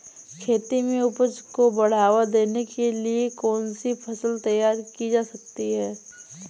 खेती में उपज को बढ़ावा देने के लिए कौन सी फसल तैयार की जा सकती है?